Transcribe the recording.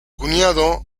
cuñado